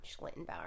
Schlittenbauer